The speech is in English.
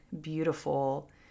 beautiful